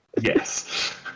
Yes